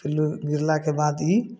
पिल्लू गिरलाके बाद ई